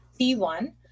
T1